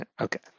Okay